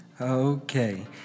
Okay